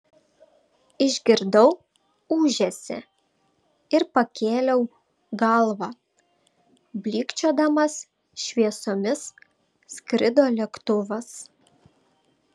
išgirdau ūžesį ir pakėliau galvą blykčiodamas šviesomis skrido lėktuvas